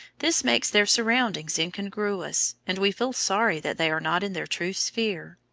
this makes their surroundings incongruous, and we feel sorry that they are not in their true sphere.